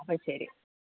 അപ്പം ശരി